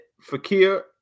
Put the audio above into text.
Fakir